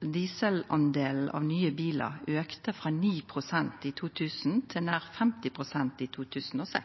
nye bilar auka talet på dieselbilar frå 9 pst. i 2000 til nær 50 pst. i 2006.